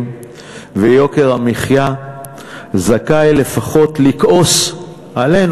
ויוקר המחיה זכאי לפחות לכעוס עלינו,